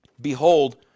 Behold